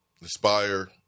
inspire